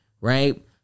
right